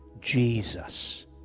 Jesus